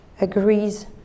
agrees